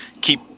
keep